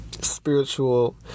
spiritual